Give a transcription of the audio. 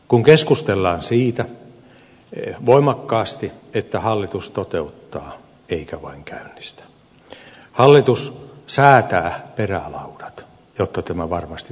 kun keskustellaan voimakkaasti siitä että hallitus toteuttaa eikä vain käynnistä niin hallitus säätää perälaudat jotta tämä varmasti toteutuu